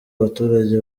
abaturage